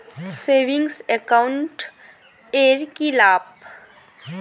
Savings account এর কি লাভ?